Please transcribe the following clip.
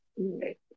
Right